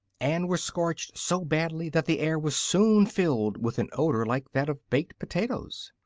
and were scorched so badly that the air was soon filled with an odor like that of baked potatoes.